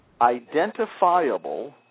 identifiable